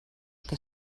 què